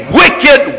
wicked